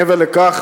מעבר לכך,